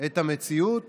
את המציאות